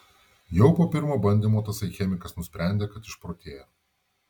jau po pirmo bandymo tasai chemikas nusprendė kad išprotėjo